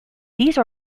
these